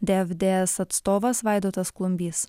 dfds atstovas vaidotas klumbys